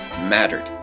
mattered